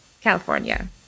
California